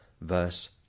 Verse